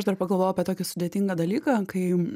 aš dar pagalvojau apie tokį sudėtingą dalyką kai